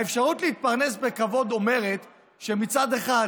האפשרות להתפרנס בכבוד אומרת שמצד אחד